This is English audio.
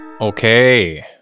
okay